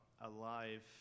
alive